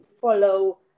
follow